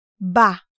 ba